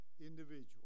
individual